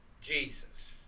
jesus